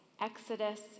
Exodus